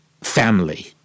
family